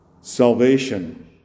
Salvation